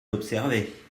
d’observer